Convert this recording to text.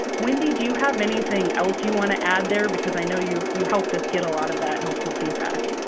wendy, do you have anything else you want to add there, because i know you you helped us get a lot of that helpful feedback.